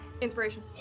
Inspiration